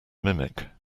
mimic